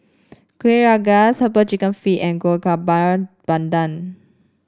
Kuih Rengas herbal chicken feet and Kuih Bakar Pandan